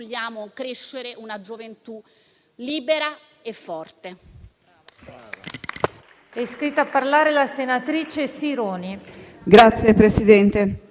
vogliamo crescere una gioventù libera e forte.